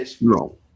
No